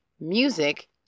Music